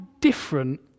different